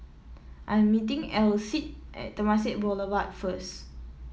I am meeting Alcide at Temasek Boulevard first